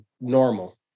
normal